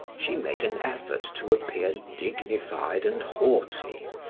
she made an effort to appear dignified and haughty,